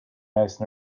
nice